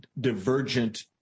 divergent